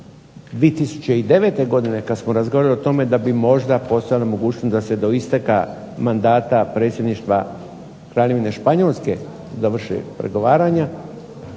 2009. godine kad smo razgovarali o tome da bi možda postojala mogućnost da se do isteka mandata predsjedništva upravljanja Španjolske završe pregovaranja,